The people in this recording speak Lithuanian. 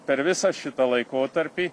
per visą šitą laikotarpį